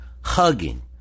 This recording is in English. hugging